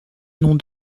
noms